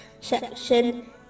section